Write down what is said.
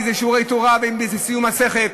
באיזה שיעורי תורה או בסיום מסכת,